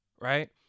right